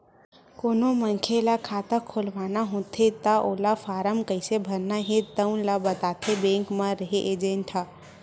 कोनो मनखे ल खाता खोलवाना होथे त ओला फारम कइसे भरना हे तउन ल बताथे बेंक म रेहे एजेंट ह